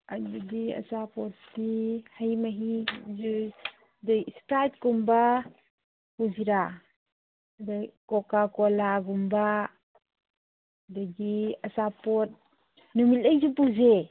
ꯑꯗꯨꯗꯤ ꯑꯆꯥꯄꯣꯠꯁꯤ ꯍꯩ ꯃꯍꯤ ꯏꯁꯄ꯭ꯔꯥꯏꯠꯀꯨꯝꯕ ꯄꯨꯁꯤꯔ ꯑꯗꯩ ꯀꯣꯀꯥꯀꯣꯂꯥꯒꯨꯝꯕ ꯑꯗꯒꯤ ꯑꯆꯥꯄꯣꯠ ꯅꯨꯃꯤꯠꯂꯩꯁꯨ ꯄꯨꯁꯦ